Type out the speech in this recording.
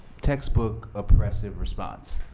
textbook oppressive response.